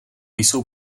jsou